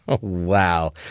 Wow